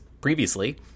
previously